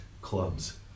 clubs